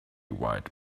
right